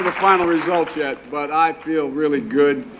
ah final results yet, but i feel really good.